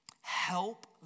help